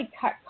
cut